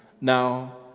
Now